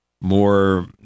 more